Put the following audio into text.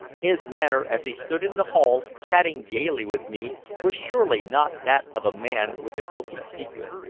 his manner as he stood in the hall chatting gayly with me was surely not that of a man with a guilty secret.